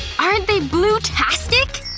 aren't they blue-tastic!